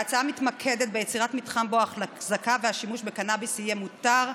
ההצעה מתמקדת ביצירת מתחם שבו ההחזקה והשימוש בקנביס יהיה מותר,